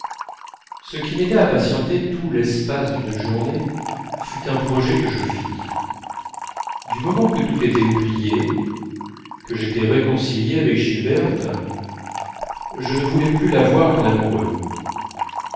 ce qui m'aida à patienter tout l'espace d'une journée fut un projet que je fis du moment que tout était oublié que j'étais réconcilié avec gilberte je ne voulais plus la voir qu'en amoureux